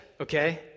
okay